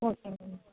okay ma'am